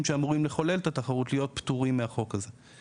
שאמורים לחולל את התחרות יהיו פטורים מהחוק הזה.